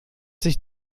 sich